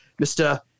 Mr